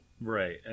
Right